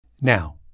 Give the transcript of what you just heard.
Now